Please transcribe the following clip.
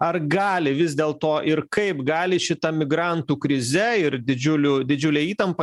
ar gali vis dėl to ir kaip gali šita migrantų krize ir didžiuliu didžiule įtampa